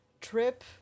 trip